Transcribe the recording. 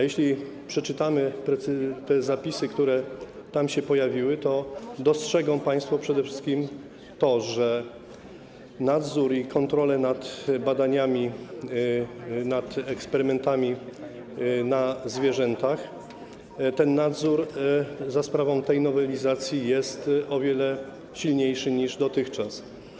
Jeśli przeczytają państwo te zapisy, które tam się pojawiły, to dostrzegą państwo przede wszystkim, że nadzór i kontrole nad badaniami, nad eksperymentami na zwierzętach za sprawą tej nowelizacji są o wiele silniejsze niż dotychczas.